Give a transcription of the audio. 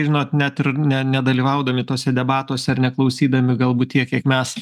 žinot net ir ne nedalyvaudami tuose debatuose ar neklausydami galbūt tiek kiek mes